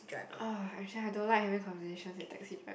uh actually I don't like having conversations with taxi drivers